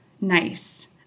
nice